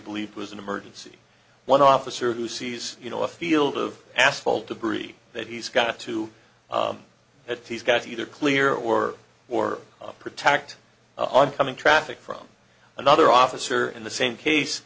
believe was an emergency one officer who sees you know a field of asphalt debris that he's got to that he's got either clear or or protect oncoming traffic from another officer in the same case